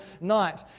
night